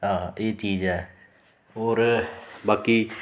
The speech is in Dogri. हां एह् चीज़ ऐ होर बाकी